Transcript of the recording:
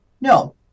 No